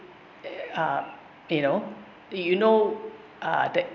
uh you know you know uh that